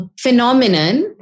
phenomenon